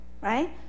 right